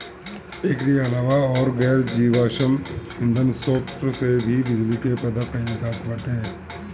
एकरी अलावा अउर गैर जीवाश्म ईधन स्रोत से भी बिजली के पैदा कईल जात बाटे